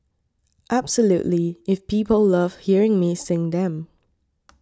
absolutely if people love hearing me sing them